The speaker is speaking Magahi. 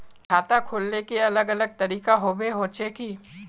खाता खोले के अलग अलग तरीका होबे होचे की?